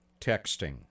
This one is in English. texting